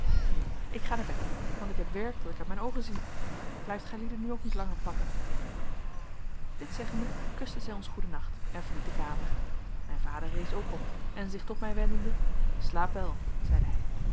nu ik ga naar bed want ik heb werk dat ik uit mijn oogen zie blijft gijlieden nu ook niet langer plakken dit zeggende kuste zij ons goeden nacht en verliet de kamer mijn vader rees ook op en zich tot mij wendende slaap wel zeide hij